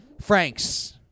Franks